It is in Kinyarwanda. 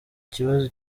ikibazo